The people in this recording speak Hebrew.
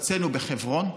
הוצאנו בחברון,